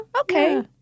Okay